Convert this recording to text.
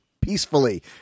Peacefully